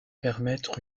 permettre